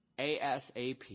ASAP